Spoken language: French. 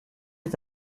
est